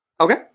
Okay